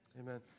Amen